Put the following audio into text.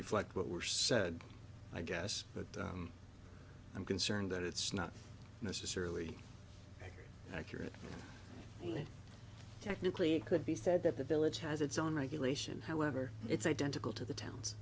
reflect what were said i guess but i'm concerned that it's not necessarily accurate technically it could be said that the village has its own regulation however it's identical to the towns